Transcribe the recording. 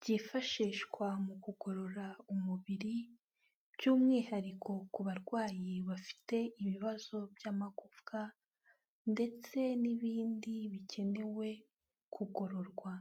byifashishwa mu kugorora umubiri by'umwihariko ku barwayi bafite ibibazo by'amagufwa ndetse n'ibindi bikenewe kugororwa..